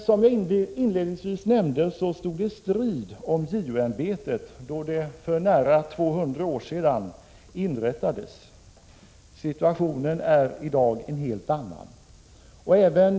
Som jag inledningsvis nämnde stod det strid om JO-ämbetet då det för nära 200 år sedan inrättades. Situationen är i dag en helt annan.